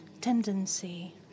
tendency